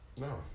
No